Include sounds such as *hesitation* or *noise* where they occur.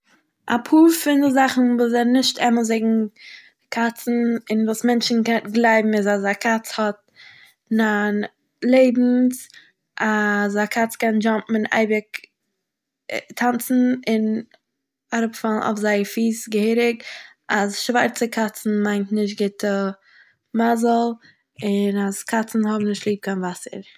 אפאהר פון זאכן וואס זענען נישט אמת וועגן קאצ'ן און וואס מענטשען ק *hesitation* גלייבן איז אז א כ"ץ האט ניין לעבן'ס א *hesitation* ז א קאץ קען דשאמפען און אייביג טאנצען און אראפאלן אויף זייער פיס געהעריג, אז שווארצע קאצ'ן מיינט נישט גוטע מזל, און אז קאצ'ן האבן נישט ליב קיין וואסער.